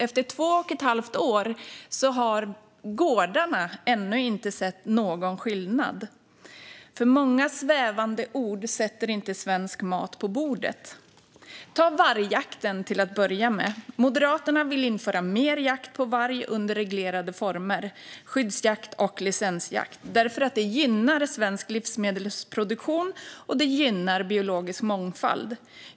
Efter två och ett halvt år har gårdarna ännu inte sett någon skillnad. Många svävande ord sätter inte svensk mat på bordet. Ta till att börja med vargjakten! Moderaterna vill införa mer jakt på varg under reglerade former, såsom skyddsjakt och licensjakt, då det gynnar svensk livsmedelsproduktion och biologisk mångfald.